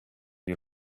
you